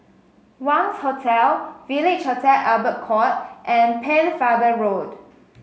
Wangz Hotel Village Hotel Albert Court and Pennefather Road